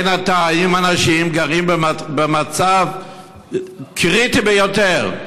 בינתיים אנשים גרים במצב קריטי ביותר,